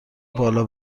بالا